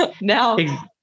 Now